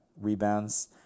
rebounds